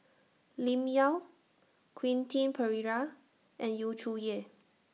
Lim Yau Quentin Pereira and Yu Zhuye